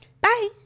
Bye